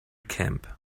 camp